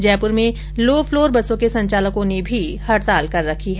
जयपुर में लोफ्लोर बसों के संचालकों ने भी हडताल कर रखी है